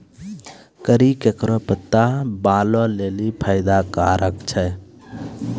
करी केरो पत्ता बालो लेलि फैदा कारक छै